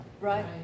Right